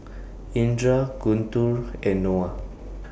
Indra Guntur and Noah